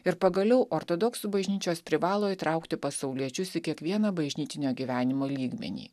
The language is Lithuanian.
ir pagaliau ortodoksų bažnyčios privalo įtraukti pasauliečius į kiekvieną bažnytinio gyvenimo lygmenį